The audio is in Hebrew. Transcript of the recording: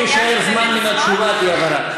אם יישאר זמן מן התשובה, תהיה הבהרה.